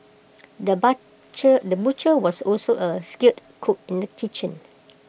the butcher the was also A skilled cook in the kitchen